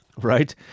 Right